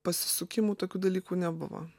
pasisukimų tokių dalykų nebuvo